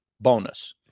bonus